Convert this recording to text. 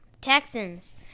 Texans